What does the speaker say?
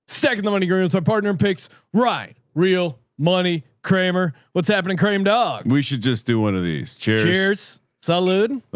second, the money grew into a partner in pigs ride real money kramer what's happening, crime dog. we should just do one of these cheers salud. oh.